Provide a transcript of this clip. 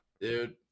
Dude